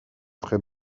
très